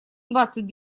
двадцать